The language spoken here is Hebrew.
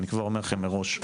אני אומר לכם מראש.